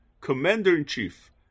commander-in-chief